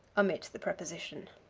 omit the preposition.